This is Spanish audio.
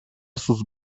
sus